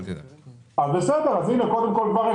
לא, לא.